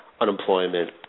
unemployment